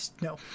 no